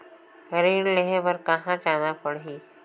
ऋण लेहे बार कहा जाना पड़ही?